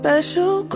Special